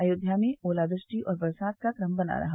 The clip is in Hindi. अयोध्या में ओलावृष्टि और बरसात का क्रम बना रहा